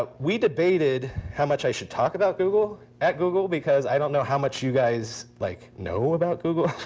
but we debated how much i should talk about google at google, because i don't know how much you guys like know about google.